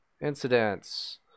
incidents